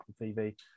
TV